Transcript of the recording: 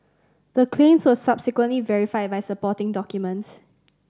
the claims were subsequently verified by supporting documents